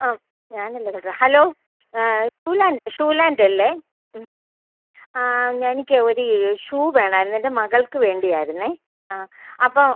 ആ ഞാൻ അല്ലേ തുടരുക hello shoe land shoe land അല്ലേ ആ എനിക്ക് ഒരു ഷൂ വേണമായിരുന്നു എൻ്റെ മകൾക്ക് വേണ്ടിയായിരുന്നേ ആ അപ്പോൾ